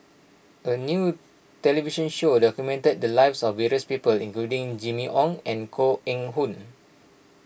a new television show documented the lives of various people including Jimmy Ong and Koh Eng Hoon